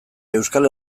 euskal